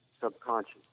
subconscious